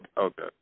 Okay